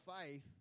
faith